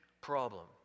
problem